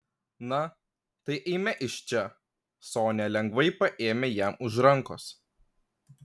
na tai eime iš čia sonia lengvai paėmė jam už rankos